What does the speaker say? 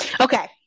Okay